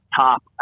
top